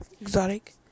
exotic